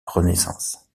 renaissance